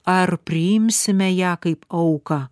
ar priimsime ją kaip auką